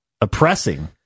oppressing